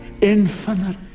infinite